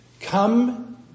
come